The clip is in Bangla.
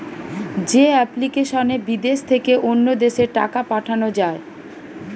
যে এপ্লিকেশনে বিদেশ থেকে অন্য দেশে টাকা পাঠান যায়